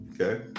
Okay